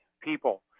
people